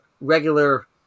regular